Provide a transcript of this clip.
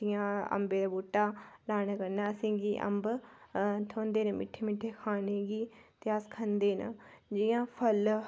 जि'यां अम्बे दे बूह्टा लाने कन्नै असें गी अम्ब थ्होंदे न मिट्ठे मिट्ठे खाने गी ते अस खंदे न जि'यां फल